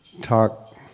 talk